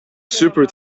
super